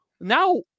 Now